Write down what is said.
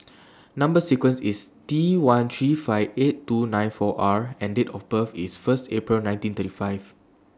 Number sequence IS T one three five eight two nine four R and Date of birth IS First April nineteen thirty five